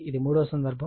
ఇది మూడవ సందర్భం